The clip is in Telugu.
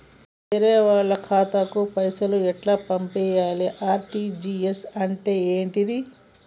వేరే వాళ్ళకు పైసలు ఎలా పంపియ్యాలి? ఆర్.టి.జి.ఎస్ అంటే ఏంటిది?